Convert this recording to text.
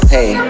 Hey